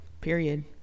Period